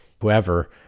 whoever